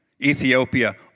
Ethiopia